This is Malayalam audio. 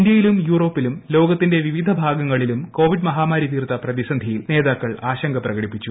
ഇന്ത്യയിലും യൂറോപ്പിലും ലോകത്തിന്റെ പിവിധ ഭാഗങ്ങളിലും കോവിഡ് മഹാമാരി തീർത്ത പ്രതിസന്ധിയിൽ നേതാക്കൾ ആശങ്ക പ്രകടിപ്പിച്ചു